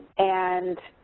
and